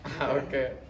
okay